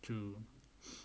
true